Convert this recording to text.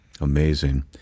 Amazing